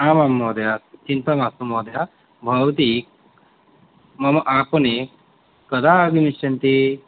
आम् आं महोदये चिन्ता मास्तु महोदये भवती मम आपणे कदा आगमिष्यन्ति